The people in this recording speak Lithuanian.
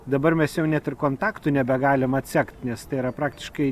dabar mes jau net ir kontaktų nebegalim atsekt nes tai yra praktiškai